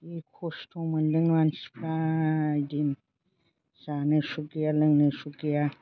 जि खस्थ' मोनदों मानसिफ्रा इदिनो जानो सुख गैया लोंनो सुख गैया